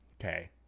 okay